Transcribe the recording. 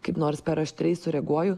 kaip nors per aštriai sureaguoju